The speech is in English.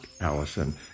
Allison